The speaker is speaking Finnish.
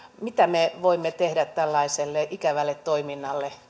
mitä me voimme tehdä täällä suomessa tällaiselle ikävälle toiminnalle